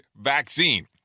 vaccine